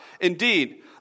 indeed